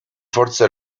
forze